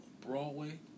Broadway